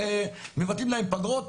מבטלים להם פגרות.